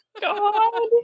God